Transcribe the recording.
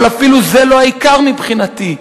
אבל אפילו זה לא העיקר מבחינתי,